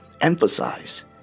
emphasize